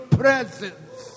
presence